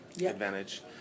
advantage